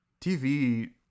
tv